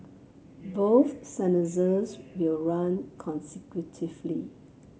both sentences will run consecutively